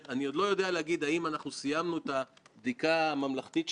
אבל בפירוש להבנתי צריך יהיה להסיק מסקנות אישיות.